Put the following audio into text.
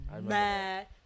mad